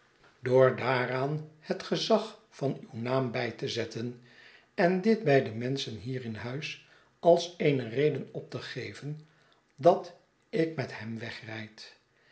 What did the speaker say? door daaraan het gezag van uw naam bij te zetten en dit bij de menschen hier in huis als eene reden op te geven dat ik met hem